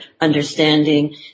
understanding